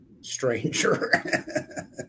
stranger